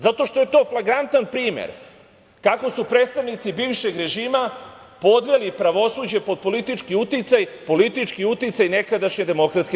Zato što je to flagrantan primer kako su predstavnici bivšeg režima podveli pravosuđe pod politički uticaj, politički uticaj nekadašnje DS.